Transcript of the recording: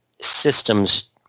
systems